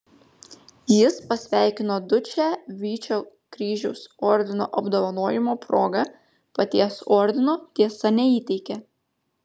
jis pasveikino dučę vyčio kryžiaus ordino apdovanojimo proga paties ordino tiesa neįteikė